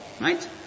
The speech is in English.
right